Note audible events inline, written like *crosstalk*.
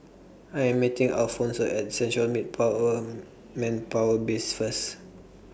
I Am meeting Alphonso At Central *unintelligible* Manpower Base First